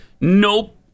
Nope